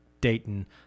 Dayton